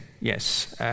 yes